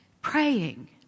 praying